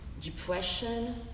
depression